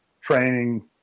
training